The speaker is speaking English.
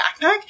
backpack